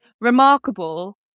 remarkable